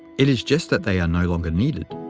it is just that they are no longer needed.